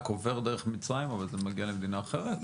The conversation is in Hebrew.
עובר דרך מצרים אבל זה מגיע למדינה אחרת?